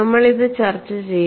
നമ്മൾ അത് ചർച്ച ചെയ്യും